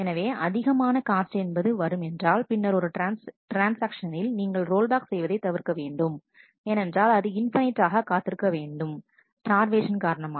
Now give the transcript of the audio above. எனவே அதிகமான காஸ்ட் என்பது வரும் என்றாள் பின்னர் ஒரு டான்ஸ் ஆப்ஷனில் நீங்கள் ரோல்பேக் செய்வதை தவிர்க்க வேண்டும் ஏனென்றால் அது இன்பனைட் ஆக காத்திருக்க வேண்டாம் ஸ்டார்வேஷன் காரணமாக